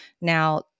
Now